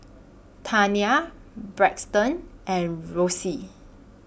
Tania Braxton and Rosie